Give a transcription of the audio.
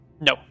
no